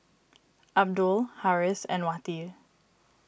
Abdul Harris and Wati